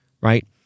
right